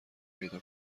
پیدا